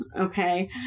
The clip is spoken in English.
okay